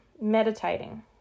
meditating